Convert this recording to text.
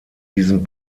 diesem